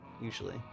Usually